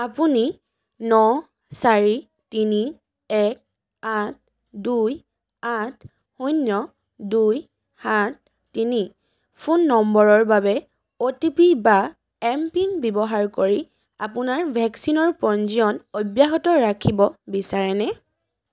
আপুনি ন চাৰি তিনি এক আঠ দুই আঠ শূণ্য দুই সাত তিনি ফোন নম্বৰৰ বাবে অ'টিপি বা এমপিন ব্যৱহাৰ কৰি আপোনাৰ ভেকচিনৰ পঞ্জীয়ন অব্যাহত ৰাখিব বিচাৰেনে